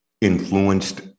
influenced